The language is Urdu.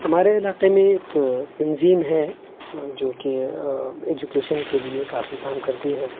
ہمارے علاقے میں ایک تنظیم ہے جوکہ ایجوکیشن کے لیے کافی کام کرتی ہے